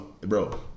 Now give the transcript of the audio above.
bro